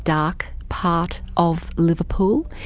dark part of liverpool.